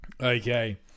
Okay